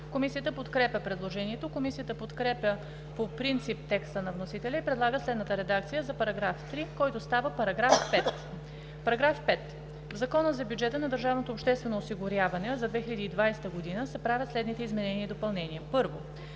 Комисията подкрепя предложението. Комисията подкрепя по принцип текста на вносителя и предлага следната редакция на § 3, който става § 5: „§ 5. В Закона за бюджета на държавното обществено осигуряване за 2020 г. (обн., ДВ, бр. …) се правят следните изменения и допълнения: 1.